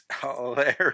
hilarious